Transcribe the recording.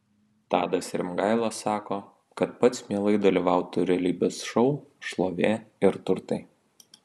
tadas rimgaila sako kad pats mielai dalyvautų realybės šou šlovė ir turtai